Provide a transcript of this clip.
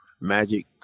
magic